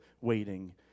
waiting